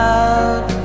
out